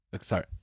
Sorry